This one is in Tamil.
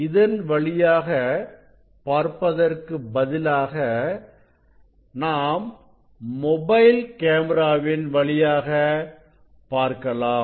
இதன் வழியாக பார்ப்பதற்கு பதிலாக நாம் மொபைல் கேமராவின் வழியாக பார்க்கலாம்